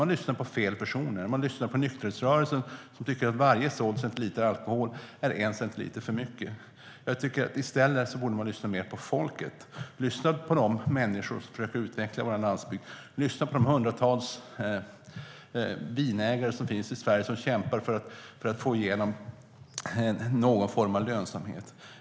Man lyssnar på fel personer. Man lyssnar på nykterhetsrörelsen, som tycker att varje centiliter såld alkohol är en centiliter för mycket. I stället borde man lyssna mer på folket. Lyssna på de människor som försöker utveckla vår landsbygd. Lyssna på de hundratals vingårdsägare som finns i Sverige som kämpar för att skapa någon form av lönsamhet.